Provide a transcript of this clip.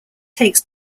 takes